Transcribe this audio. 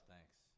Thanks